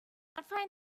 modifying